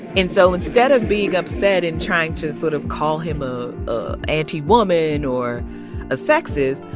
and so instead of being upset and trying to sort of call him ah a anti-woman or a sexist,